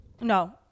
no